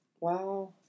Wow